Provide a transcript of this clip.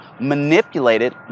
Manipulated